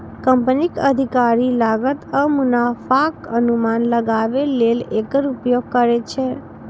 कंपनीक अधिकारी लागत आ मुनाफाक अनुमान लगाबै लेल एकर उपयोग करै छै